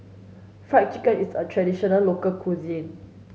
fried chicken is a traditional local cuisine